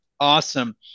Awesome